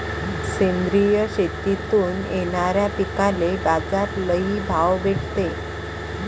सेंद्रिय शेतीतून येनाऱ्या पिकांले बाजार लई भाव भेटते